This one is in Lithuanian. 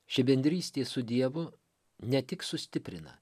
ši bendrystė su dievu ne tik sustiprina